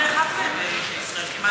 אדוני השר, מס על